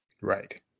Right